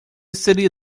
seria